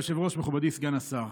אדוני היושב-ראש, מכובדי סגן השר,